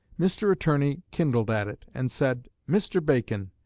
mr. attorney kindled at it, and said, mr. bacon,